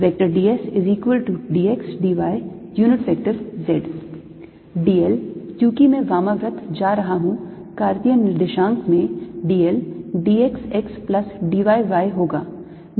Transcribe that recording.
dsdxdyz d l क्योंकि मैं वामावर्त जा रहा हूं कार्तीय निर्देशांक में dl d x x plus d y y होगा